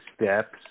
steps